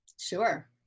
Sure